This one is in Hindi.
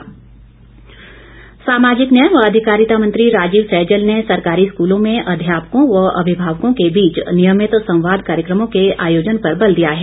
राजीव सहजल सामाजिक न्याय व अधिकारिता मंत्री राजीव सहजल ने सरकारी स्कूलों में अध्यापकों व अभिभावकों के बीच नियमित संवाद कार्यक्रमों के आयोजन पर बले दिया है